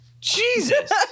Jesus